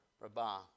Rabah